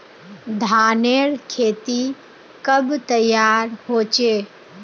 धानेर खेती कब तैयार होचे?